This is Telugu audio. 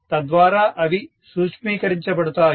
తద్వారా అవి సూక్ష్మీకరించబడతాయి